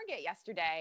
yesterday